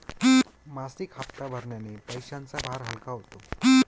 मासिक हप्ता भरण्याने पैशांचा भार हलका होतो